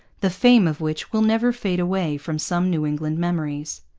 the fame of which will never fade away from some new england memories.